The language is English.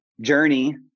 journey